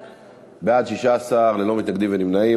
בעד, 16, ללא מתנגדים וללא נמנעים.